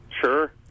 Sure